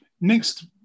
Next